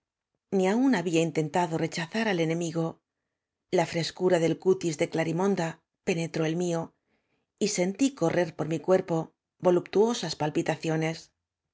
ni aun ha bía intentado rechazar al enemigo la frescura de cutis de clarimonda penetró el mfo y entí correr por mi cuerpo voluptuosas palpitaciones